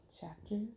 Chapter